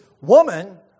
woman